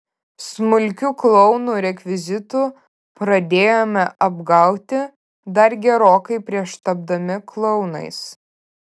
smulkiu klounų rekvizitu pradėjome apgauti dar gerokai prieš tapdami klounais